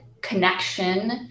connection